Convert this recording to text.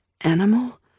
animal